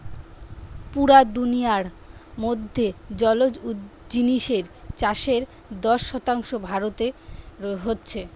পুরা দুনিয়ার মধ্যে জলজ জিনিসের চাষের দশ শতাংশ ভারতে হচ্ছে